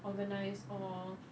organised all